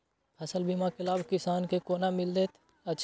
फसल बीमा के लाभ किसान के कोना मिलेत अछि?